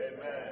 Amen